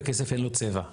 וכסף אין לו צבע.